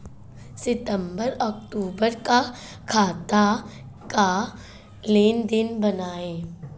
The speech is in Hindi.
सितंबर अक्तूबर का खाते का लेनदेन बताएं